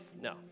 No